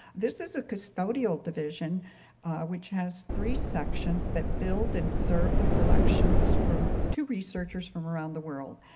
this is a custodial division which has three sections that build and serve the collections from two researchers from around the world.